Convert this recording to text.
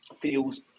feels